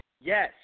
Yes